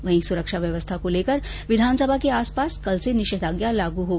वहीं सुरक्षा व्यवस्था को लेकर विधानसभा के आस पास कल से निषेघाज्ञा लागू हो गयी